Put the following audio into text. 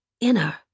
inner